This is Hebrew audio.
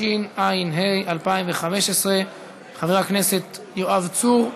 התשע"ה 2015. חבר הכנסת יואב בן צור,